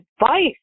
advice